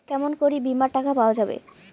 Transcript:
কেমন করি বীমার টাকা পাওয়া যাবে?